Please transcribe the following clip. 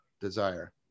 desire